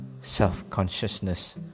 self-consciousness